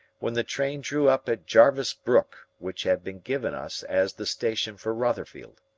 when the train drew up at jarvis brook, which had been given us as the station for rotherfield.